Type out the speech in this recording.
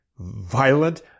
violent